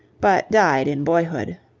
but died in boyhood.